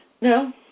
No